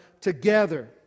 together